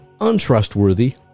untrustworthy